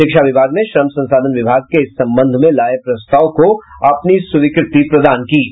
शिक्षा विभाग ने श्रम संसाधन विभाग के इस संबंध में लाये प्रस्ताव को अपनी स्वीकृति प्रदान की है